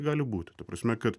gali būti ta prasme kad